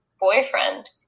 boyfriend